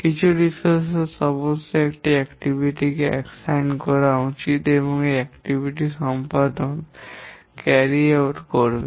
কিছু সম্পদ অবশ্যই একটি কার্যকলাপ কে নির্ধারিত করা উচিত এই কার্যকলাপ টি সম্পাদনকরবে